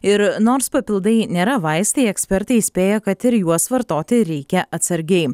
ir nors papildai nėra vaistai ekspertai įspėja kad ir juos vartoti reikia atsargiai